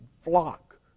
flock